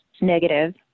negative